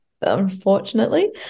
unfortunately